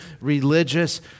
religious